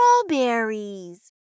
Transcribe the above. Strawberries